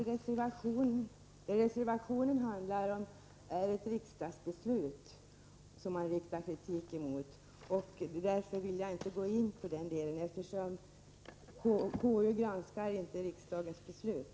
Herr talman! Reservationen handlar om ett riksdagsbeslut, vilket man riktar kritik emot. Jag vill därför inte gå in på den saken. KU granskar inte riksdagens beslut.